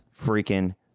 freaking